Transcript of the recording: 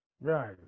Right